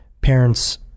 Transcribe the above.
Parents